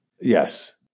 Yes